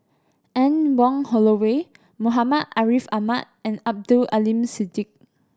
Anne Wong Holloway Muhammad Ariff Ahmad and Abdul Aleem Siddique